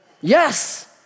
Yes